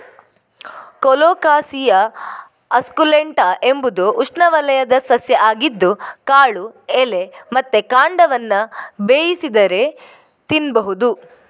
colocasia esculenta ಎಂಬುದು ಉಷ್ಣವಲಯದ ಸಸ್ಯ ಆಗಿದ್ದು ಕಾಳು, ಎಲೆ ಮತ್ತೆ ಕಾಂಡವನ್ನ ಬೇಯಿಸಿದರೆ ತಿನ್ಬಹುದು